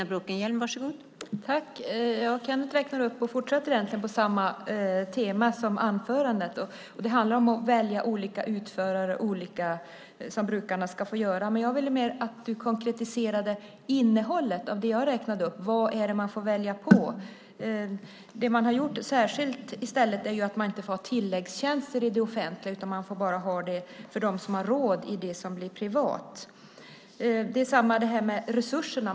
Fru talman! Kenneth räknar upp och fortsätter egentligen på samma tema som i anförandet. Det handlar om att brukarna ska få välja olika utförare. Jag skulle vilja att du konkretiserade innehållet mer. Vad är det man får välja på av det jag räknade upp? Det som har gjorts i stället är ju att man inte får ha tilläggstjänster i det offentliga, utan man får bara ha det för dem som har råd i den verksamhet som blir privat. Det är samma sak med resurserna.